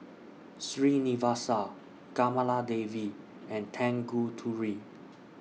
Srinivasa Kamaladevi and Tanguturi